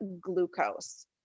glucose